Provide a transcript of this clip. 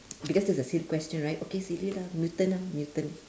because this is a silly question right okay silly lah mutant ah mutant